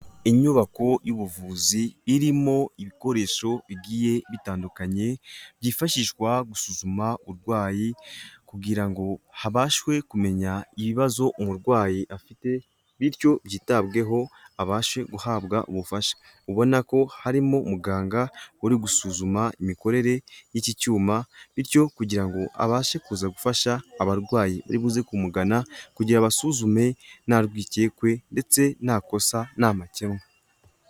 Inyubako y'ubuvuzi irimo ibikoresho bigiye bitandukanye byifashishwa gusuzuma umurwayi, kugira ngo habashwe kumenya ibibazo umurwayi afite, bityo byitabweho abashe guhabwa ubufasha, ubona ko harimo muganga uri gusuzuma imikorere y'iki cyuma bityo kugira ngo abashe kuza gufasha abarwayi bari buze kumugana kugira abasuzume nta rwikekwe ndetse nta kosa nta makemwa.